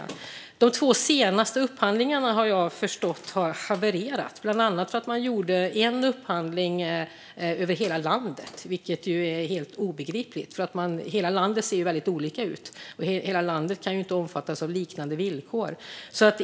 Jag har förstått att de två senaste upphandlingarna har havererat, bland annat för att man gjorde en upphandling för hela landet, vilket är helt obegripligt. Det ser ju väldigt olika ut i landet, och hela landet kan ju inte omfattas av liknande villkor.